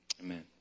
amen